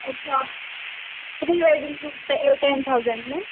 अच्छा आप pre wedding shoot तो ए टेन थाउजेंड में